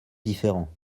différents